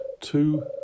two